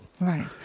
Right